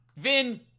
Vin